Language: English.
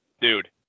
Dude